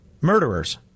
murderers